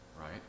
right